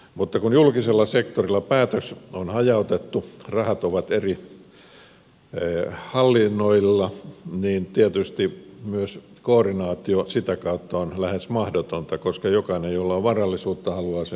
mutta kun julkisella sektorilla päätös on hajautettu rahat ovat eri hallinnoilla niin tietysti myös koordinaatio sitä kautta on lähes mahdotonta koska jokainen jolla on varallisuutta haluaa sen myös käyttää